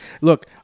Look